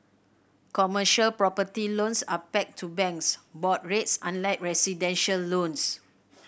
commercial property loans are pegged to banks board rates unlike residential loans